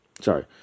Sorry